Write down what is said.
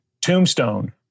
Tombstone